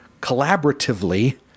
collaboratively